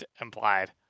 implied